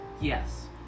Yes